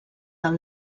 del